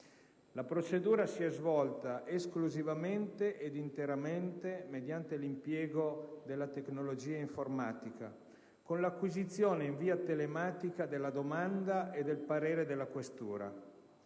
La procedura si è svolta esclusivamente ed interamente mediante l'impiego della tecnologia informatica, con l'acquisizione in via telematica della domanda e del parere della questura.